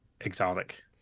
exotic